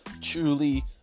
truly